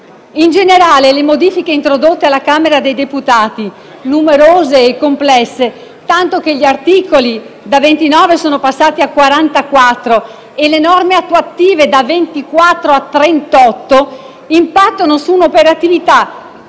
In generale, le modifiche introdotte alla Camera dei deputati, numerose e complesse, tanto che gli articoli da 29 sono passati a 44 e le norme attuative da 24 a 38, impattano su un'operatività